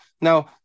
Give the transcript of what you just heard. now